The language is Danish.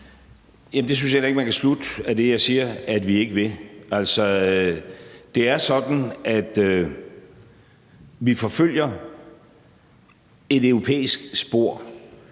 Det synes jeg heller ikke man kan slutte ud fra det, jeg siger, at vi ikke vil. Det er sådan, at vi forfølger et europæisk spor.